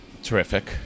Terrific